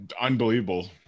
Unbelievable